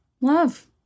Love